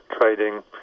trading